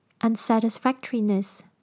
unsatisfactoriness